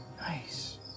Nice